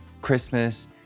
Christmas